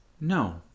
No